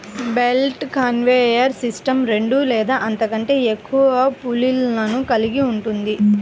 belt conveyor system రెండు లేదా అంతకంటే ఎక్కువ పుల్లీలను కలిగి ఉంటుంది